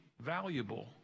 valuable